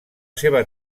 seva